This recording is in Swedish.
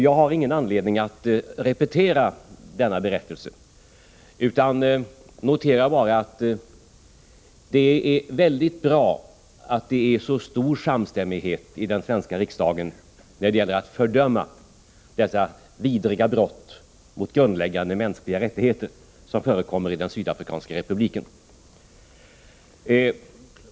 Jag har ingen anledning att repetera denna berättelse utan noterar bara att det är mycket bra att det är så stor samstämmighet i den svenska riksdagen när det gäller att fördöma dessa vidriga brott mot grundläggande mänskliga rättigheter som förekommer i den sydafrikanska republiken.